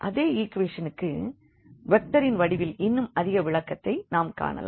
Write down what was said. அதே ஈக்வெஷன் க்கு வெக்டார்சின் வடிவில் இன்னும் அதிக விளக்கத்தை நாம் காணலாம்